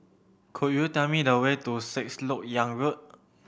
could you tell me the way to Six Lok Yang Road